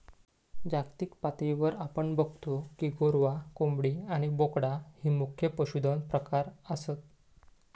जागतिक पातळीवर आपण बगतो की गोरवां, कोंबडी आणि बोकडा ही मुख्य पशुधन प्रकार आसत